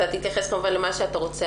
אתה תתייחס כמובן למה שאתה רוצה,